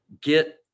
get